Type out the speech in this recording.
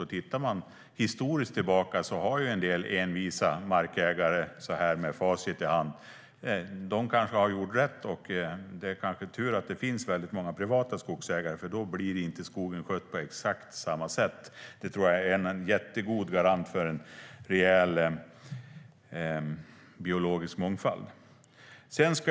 Om vi tittar tillbaka historiskt ser vi att en del envisa markägare, så här med facit i hand, nog har gjort rätt. Det är kanske tur att det finns många privata skogsägare, för då blir skogen inte skött på exakt samma sätt. Det tror jag är en mycket god garant för den biologiska mångfalden.